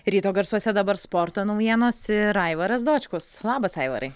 ryto garsuose dabar sporto naujienos ir aivaras dočkus labas aivarai